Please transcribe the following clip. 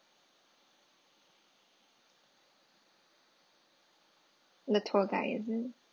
the tour guide is it